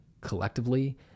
collectively